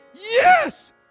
yes